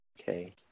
Okay